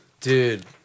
Dude